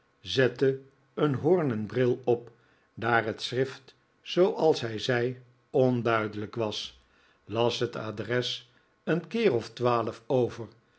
zette een hoornen bril op daar het schrift zooals hij zei onduidelijk was las het adres een keer of twaalf over